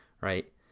right